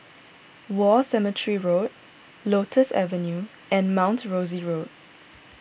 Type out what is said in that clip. War Cemetery Road Lotus Avenue and Mount Rosie Road